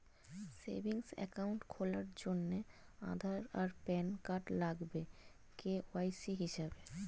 savings account খোলার জন্যে আধার আর প্যান কার্ড লাগবে কে.ওয়াই.সি হিসেবে